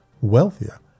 wealthier